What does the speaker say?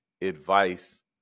advice